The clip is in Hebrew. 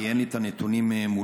כי אין לי את הנתונים מולי.